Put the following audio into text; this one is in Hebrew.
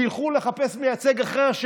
ילכו לחפש מייצג אחר,